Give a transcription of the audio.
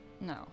No